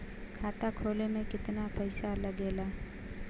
खाता खोले में कितना पईसा लगेला?